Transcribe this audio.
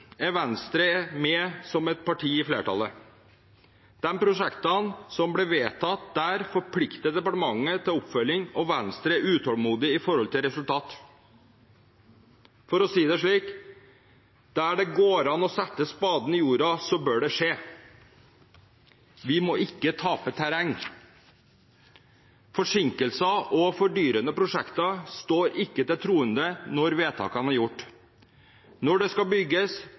er Venstre med som et parti i flertallet. De prosjektene som ble vedtatt der, forplikter departementet til oppfølging, og Venstre er utålmodig med tanke på resultat. For å si det slik: Der det går an å sette spaden i jorda, bør det skje. Vi må ikke tape terreng. Forsinkelser og fordyrende prosjekter står ikke til troende når vedtakene er gjort. Når det skal bygges,